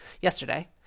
Yesterday